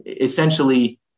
Essentially